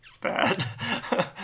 bad